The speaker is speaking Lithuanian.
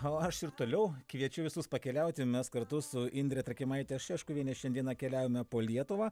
o aš ir toliau kviečiu visus pakeliauti mes kartu su indre trakimaite šeškuviene šiandieną keliavome po lietuvą